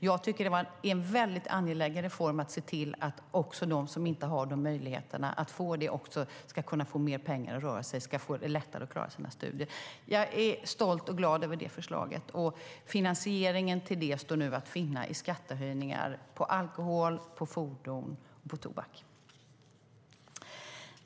Jag tycker att det var en mycket angelägen reform för att också de som inte har de möjligheterna ska få mer pengar att röra sig med, få det lättare att klara studierna. Jag är stolt och glad över det förslaget. Finansieringen till det står nu att finna i skattehöjningar på alkohol, fordon och tobak.